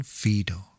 fido